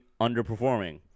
underperforming